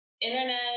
internet